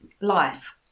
life